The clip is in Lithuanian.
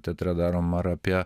teatre darom ar apie